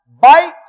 bite